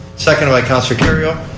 seconded by counsellor kerrio.